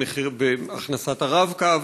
בהכנסת הרב-קו,